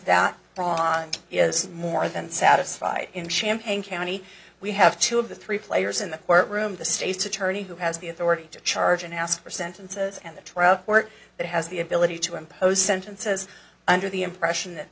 that bond is more than satisfied in champaign county we have two of the three players in the courtroom the state's attorney who has the authority to charge and ask for sentences and the twelve court that has the ability to impose sentences under the impression that